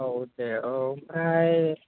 औ दे औ ओमफ्राय